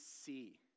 see